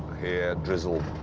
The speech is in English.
here, drizzle,